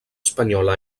espanyola